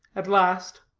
at last,